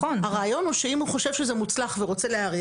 הרעיון הוא שאם הוא חושב שזה מוצלח והוא רוצה להאריך,